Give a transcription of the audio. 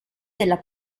della